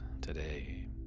today